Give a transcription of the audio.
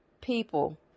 people